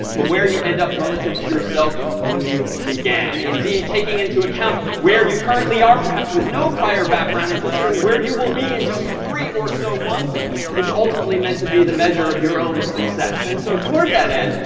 but where you end up relative to yourself when you began. indeed, taking into account where you currently are, perhaps with no prior background, and considering where you will be in just three or so months is ultimately meant to be the measure of your own success. and so toward that end,